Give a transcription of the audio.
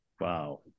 Wow